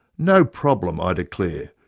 no problem i declare,